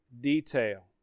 detail